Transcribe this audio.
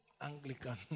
Anglican